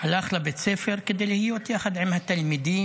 הלך לבית ספר כדי להיות יחד עם התלמידים,